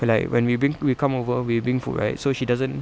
like when we bring we come over we'll bring food right so she doesn't